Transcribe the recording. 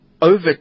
over